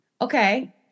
Okay